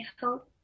hope